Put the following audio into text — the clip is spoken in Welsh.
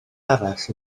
arall